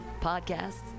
podcasts